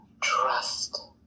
trust